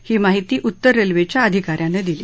ही माहिती उत्तर रेल्वेच्या अधिका यानं दिली